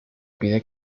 pide